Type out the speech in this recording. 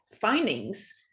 findings